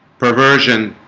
perversion